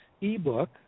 e-book